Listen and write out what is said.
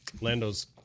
Lando's